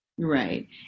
Right